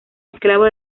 esclavos